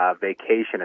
vacation